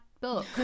book